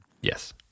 Yes